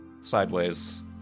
sideways